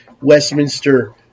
Westminster